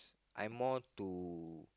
I'm more to